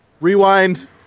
Rewind